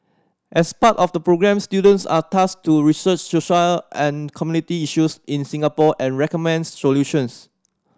as part of the programme students are tasked to research social and community issues in Singapore and recommend solutions